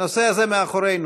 הנושא הזה מאחורינו.